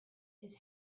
his